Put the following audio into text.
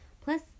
Plus